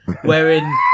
wherein